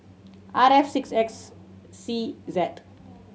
R F six X C Z